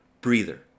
breather